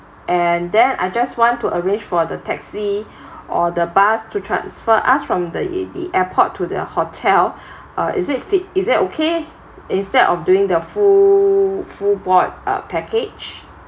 and then I just want to arrange for the taxi or the bus to transfer us from the the airport to the hotel uh is it fit is it okay instead of doing the full full board uh package